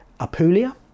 Apulia